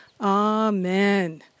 Amen